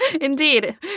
indeed